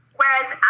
Whereas